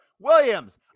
Williams